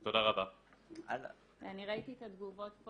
אני ראיתי את התגובות פה